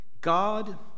God